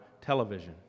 television